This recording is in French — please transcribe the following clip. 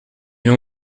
l’on